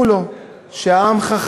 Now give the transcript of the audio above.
הבחירות האחרונות הבהירו לו שהעם חכם,